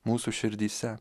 mūsų širdyse